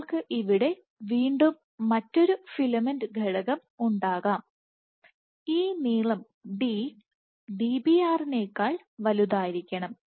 നിങ്ങൾക്ക് ഇവിടെ വീണ്ടും മറ്റൊരു ഫിലമെന്റ് ഘടകം ഉണ്ടാകാം ഈ നീളം d Dbr നേക്കാൾ വലുതായിരിക്കണം